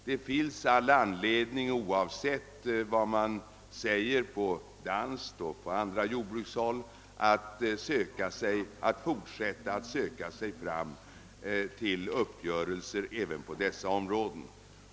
Det finns all anledning, oavsett vad som sägs på danskt håll och på jordbrukshåll i Övrigt, att fortsätta att söka sig fram till uppgörelser även på dessa områden.